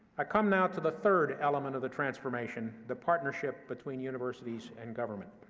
i come now to the third element of the transformation, the partnership between universities and government.